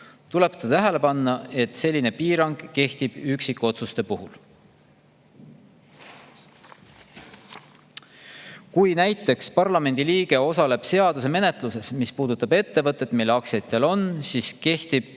Tuleb tähele panna, et selline piirang kehtib üksikotsuste puhul. Kui näiteks parlamendi liige osaleb seaduse menetluses, mis puudutab ettevõtet, mille aktsiaid tal on, siis kehtib